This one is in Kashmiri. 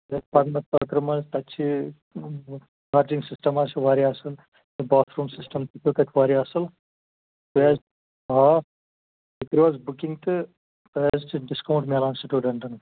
تہٕ پَرنہٕ خٲطرٕ منٛز تَتہِ چھِ تَتہِ یُس سِسٹَما چھُ واریاہ اصٕل تہٕ باتھ روٗم سِسٹَم تہِ چھُ تَتہِ واریاہ اصٕل بیٚیہِ حظ آب تُہی کٔرِو حظ بُکِنگ تہٕ اَسہِ نِش چھُ ڈِسکاوُنٛٹ میلان سِٹوٗڈنٛٹَن